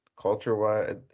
culture-wise